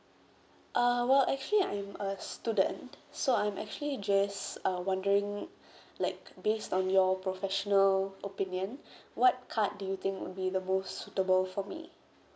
uh well actually I'm a student so I'm actually just uh wondering like based on your professional opinion what card do you think would be the most suitable for me